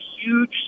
huge